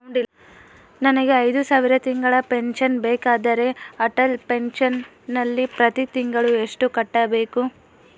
ನನಗೆ ಐದು ಸಾವಿರ ತಿಂಗಳ ಪೆನ್ಶನ್ ಬೇಕಾದರೆ ಅಟಲ್ ಪೆನ್ಶನ್ ನಲ್ಲಿ ಪ್ರತಿ ತಿಂಗಳು ಎಷ್ಟು ಕಟ್ಟಬೇಕು?